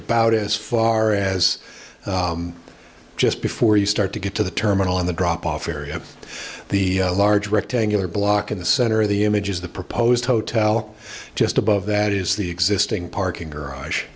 about as far as just before you start to get to the terminal in the drop off area the large rectangular block in the center of the image is the proposed hotel just above that is the existing parking garage